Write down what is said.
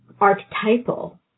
archetypal